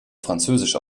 französisch